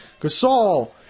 Gasol